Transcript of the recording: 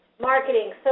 marketing